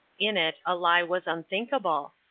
in it a lie was unthinkable.